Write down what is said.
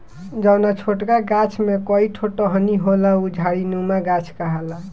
जौना छोटका गाछ में कई ठो टहनी होला उ झाड़ीनुमा गाछ कहाला